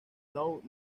not